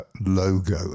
logo